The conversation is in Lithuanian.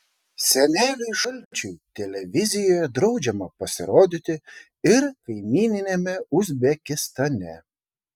seneliui šalčiui televizijoje draudžiama pasirodyti ir kaimyniniame uzbekistane